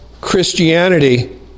Christianity